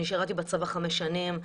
אני שירתי בצבא חמש שנים,